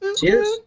Cheers